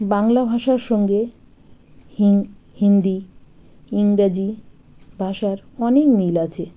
বাংলা ভাষার সঙ্গে হিন হিন্দি ইংরাজি ভাষার অনেক মিল আছে